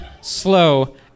slow